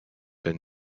been